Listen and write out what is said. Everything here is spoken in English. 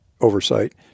oversight